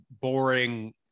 boring